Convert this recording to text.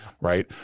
Right